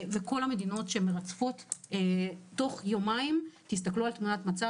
כל המדינות שמרצפות תוך יומיים תסתכלו על תמונת מצב